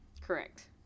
Correct